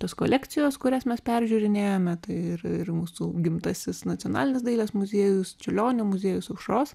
tos kolekcijos kurias mes peržiūrinėjome ir mūsų gimtasis nacionalinis dailės muziejus čiurlionio muziejus aušros